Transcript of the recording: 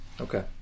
Okay